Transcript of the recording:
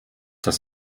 das